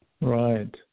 Right